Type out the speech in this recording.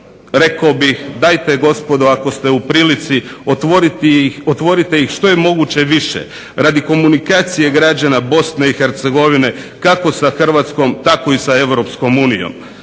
rekao bih dajte gospodo ako ste u prilici otvorite ih što je moguće više radi komunikacije građana Bosne i Hercegovine kako sa Hrvatskom tako i sa europskom unijom.